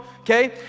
Okay